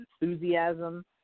enthusiasm